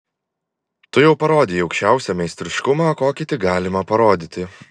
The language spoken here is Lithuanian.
tu jau parodei aukščiausią meistriškumą kokį tik galima parodyti